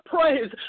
praise